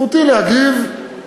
זכותי להגיב,